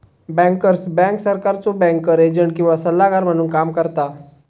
bankers bank सरकारचो banker agent किंवा सल्लागार म्हणून काम करता